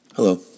Hello